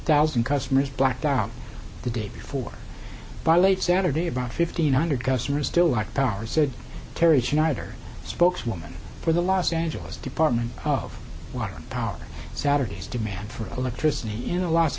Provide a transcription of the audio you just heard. thousand customers blacked out the day before by late saturday about fifteen hundred customers still like power said terry schneider spokeswoman for the los angeles department of water power saturday's demand for electricity in a los